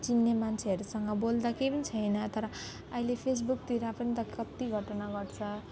चिन्ने मान्छेहरूसँग बोल्दा केही पनि छैन तर अहिले फेसबुकतिर पनि त कति घटना घट्छ